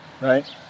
Right